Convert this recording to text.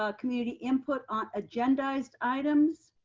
ah community input on agendized items,